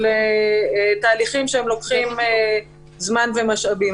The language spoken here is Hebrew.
תהליכים שלוקחים זמן ומשאבים.